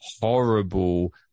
horrible